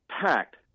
packed